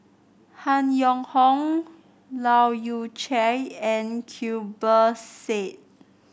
Han Yong Hong Leu Yew Chye and Zubir Said